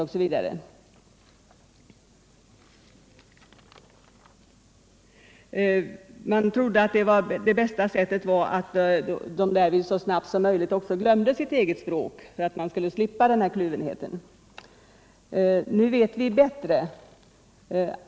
Och vi trodde att detta skulle gå snabbare om de så snart som möjligt glömde sitt eget hemspråk. Då skulle de slippa kluvenheten, trodde vi. Nu vet vi bättre.